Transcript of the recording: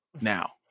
now